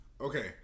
Okay